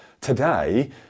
today